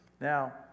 now